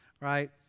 Right